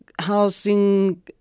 housing